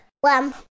one